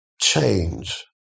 change